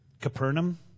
Capernaum